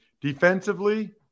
Defensively